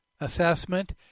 assessment